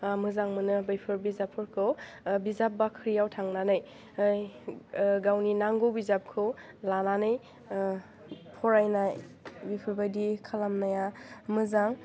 मोजां मोनो बेफोर बिजाबफोरखौ बिजाब बाख्रियाव थांनानै गावनि नांगौ बिजाबखौ लानानै फरायनाय बिफोरबायदि खालामनाया मोजां